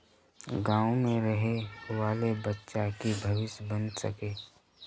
गाँव में रहे वाले बच्चा की भविष्य बन सके?